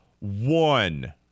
One